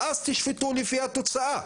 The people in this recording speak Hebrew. ואז תשפטו לפי התוצאה.